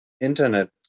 internet